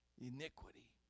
Iniquity